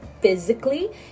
physically